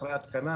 אחרי התקנה,